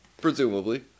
Presumably